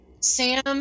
Sam